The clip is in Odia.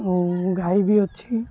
ଆଉ ଗାଈ ବି ଅଛି